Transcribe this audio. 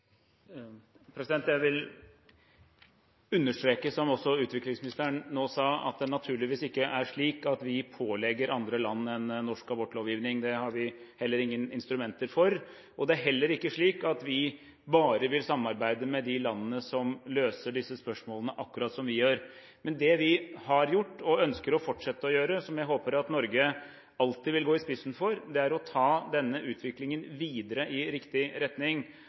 slik at vi pålegger andre land en norsk abortlovgivning. Det har vi heller ingen instrumenter for. Det er heller ikke slik at vi bare vil samarbeide med de landene som løser disse spørsmålene akkurat som vi gjør. Men det vi har gjort, og ønsker å fortsette å gjøre – som jeg håper at Norge alltid vil gå i spissen for – er å ta denne utviklingen videre i riktig retning.